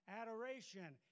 adoration